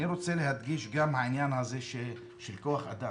אני רוצה להדגיש גם את העניין של כוח אדם.